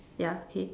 yeah okay